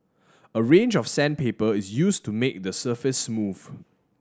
a range of sandpaper is used to make the surface smooth